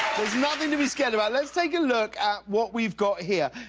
is nothing to be scared about, let's take a look at what we've got here.